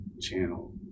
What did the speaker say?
channel